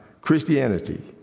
Christianity